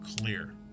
clear